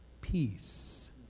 peace